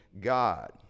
God